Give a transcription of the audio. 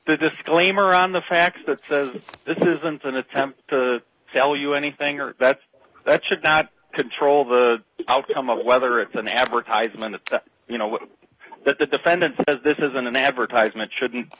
the disclaimer on the facts that says this isn't an attempt to tell you anything or that that should not control the outcome of whether it's an advertisement you know what that the defendant does this isn't an advertisement shouldn't